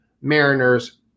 Mariners